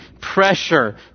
pressure